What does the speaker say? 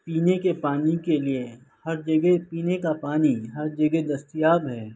پینے کے پانی کے لیے ہر جگہ پینے کا پانی ہر جگہ دستیاب ہے